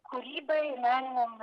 kūrybai meniniam